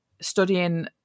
studying